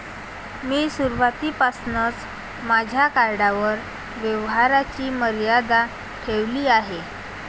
मी सुरुवातीपासूनच माझ्या कार्डवर व्यवहाराची मर्यादा ठेवली आहे